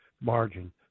margin